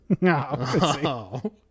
No